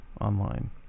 online